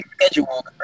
scheduled